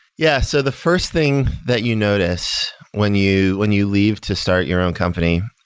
yeah. so the first thing that you notice when you when you leave to start your own company,